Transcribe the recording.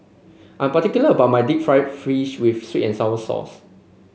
I'm particular about my Deep Fried Fish with sweet and sour sauce